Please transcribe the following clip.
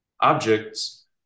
objects